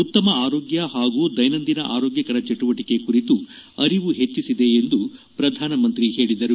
ಉತ್ತಮ ಆರೋಗ್ಯ ಹಾಗೂ ದೈನಂದಿನ ಆರೋಗ್ಯಕರ ಚಟುವಟಕೆ ಕುರಿತು ಅರಿವು ಹೆಚ್ಚಿಸಿದೆ ಎಂದು ಶ್ರಧಾನಿ ಹೇಳಿದರು